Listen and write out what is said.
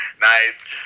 Nice